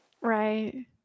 Right